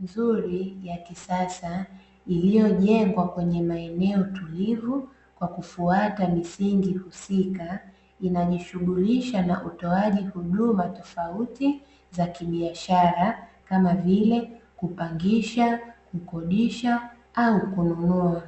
nzuri ya kisasa iliyojengwa kwenye maeneo tulivu kwa kufuata misingi husika, inayojishughulisha na utoaji huduma tofauti za kibiashara kama vile kupangisha, kukodisha ama kununua.